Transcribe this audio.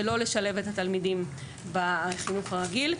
ולא בחרו לשלב את התלמידים בחינוך הרגיל.